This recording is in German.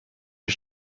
die